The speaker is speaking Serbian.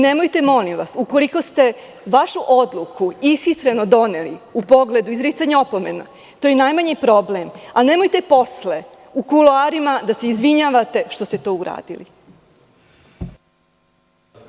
Nemojte ukoliko ste vašu odluku ishitreno doneli u pogledu izricanja opomena, to je najmanji problem, ali nemojte posle u kuloarima da se izvinjavate što ste to uradili.